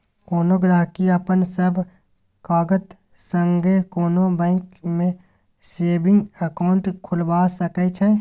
कोनो गहिंकी अपन सब कागत संगे कोनो बैंक मे सेबिंग अकाउंट खोलबा सकै छै